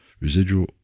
residual